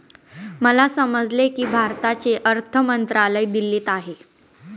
मला समजले की भारताचे अर्थ मंत्रालय दिल्लीत आहे